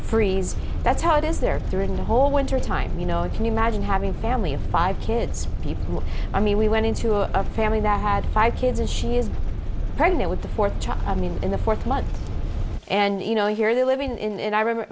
freeze that's how it is there during the whole winter time you know can you imagine having family of five kids people i mean we went into a family that had five kids and she is pregnant with the fourth child i mean in the fourth month and you know here they are living in